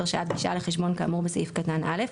הרשאת גישה לחשבון כאמור בסעיף קטן (א)